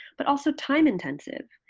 but also time intensive.